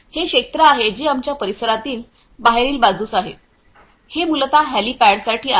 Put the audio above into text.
हे क्षेत्र आहे जे आमच्या परिसरातील बाहेरील बाजूस आहे हे मूलतः हेलिपॅडसाठी आहे